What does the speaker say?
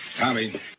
Tommy